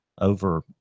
over